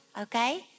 okay